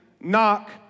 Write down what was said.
Knock